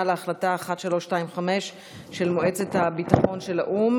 להחלטה 1325 של מועצת הביטחון של האו"ם,